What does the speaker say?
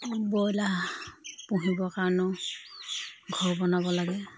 broiler পুহিবৰ কাৰণেও ঘৰ বনাব লাগে